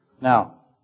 Now